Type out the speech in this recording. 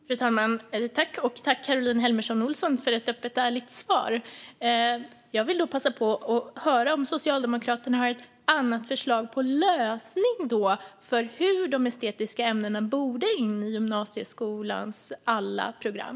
Fru talman! Jag tackar Caroline Helmersson Olsson för ett öppet och ärligt svar. Jag vill passa på att höra om Socialdemokraterna har något annat förslag på lösning av hur de estetiska ämnena ska komma in i gymnasieskolans alla program.